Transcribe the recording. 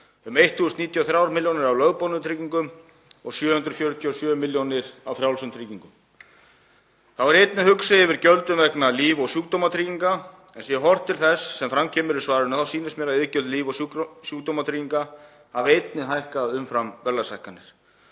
um 1.093 millj. kr. á lögboðnum tryggingum og 747 milljónir á frjálsum tryggingum. Þá er ég einnig hugsi yfir gjöldum vegna líf- og sjúkdómatrygginga en sé horft til þess sem fram kemur í svarinu sýnist mér að iðgjöld líf- og sjúkdómatrygginga hafi einnig hækkað umfram verðlagshækkanir.